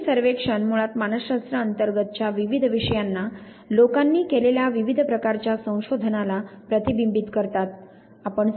हे तीन सर्वेक्षण मुळात मानसशास्त्र अंतर्गत च्या विविध विषयांना लोकांनी केलेल्या विविध प्रकारच्या संशोधनाला प्रतिबिंबितं करतात